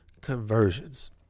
conversions